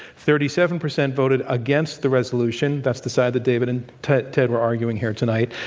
thirty-seven percent voted against the resolution. that's the side that david and ted ted were arguing here tonight.